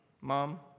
mom